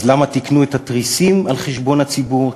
אז למה תיקנו את התריסים על חשבון הציבור?